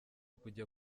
kujya